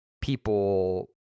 people